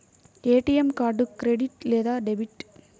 ATM card credit లేదా debit?